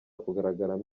kugaragaramo